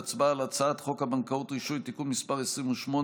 אנחנו עוברים להצבעה על הצעת חוק הבנקאות (רישוי) (תיקון מס' 28)